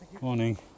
morning